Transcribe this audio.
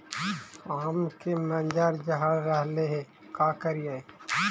आम के मंजर झड़ रहले हे का करियै?